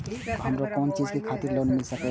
हमरो कोन चीज के खातिर लोन मिल संकेत?